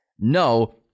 no